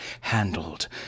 handled